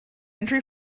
entry